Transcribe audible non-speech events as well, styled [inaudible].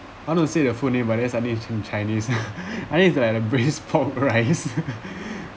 I don't say the full name but that's only in chin~ chinese [laughs] I think it's like the braised pork rice